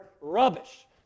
rubbish